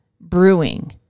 brewing